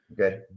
Okay